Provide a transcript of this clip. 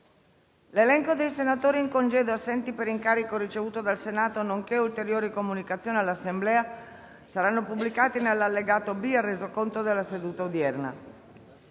L'elenco dei senatori in congedo e assenti per incarico ricevuto dal Senato, nonché ulteriori comunicazioni all'Assemblea saranno pubblicati nell'allegato B al Resoconto della seduta odierna.